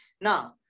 Now